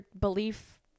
belief